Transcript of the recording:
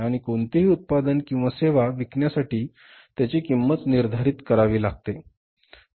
आणि कोणतेही उत्पादन किंवा सेवा विकण्यासाठी त्याची किंमत निर्धारित करावी लागते